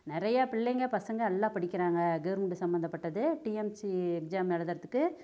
நிறையா பிள்ளைங்கள் பசங்கள் எல்லாம் படிக்கிறாங்க கவர்மெண்டு சம்பந்தப்பட்டது டிஎம்சி எக்சாம் எழுதுகிறதுக்கு